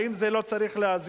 האם זה לא צריך להזיז?